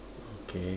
okay